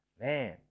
man